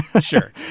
Sure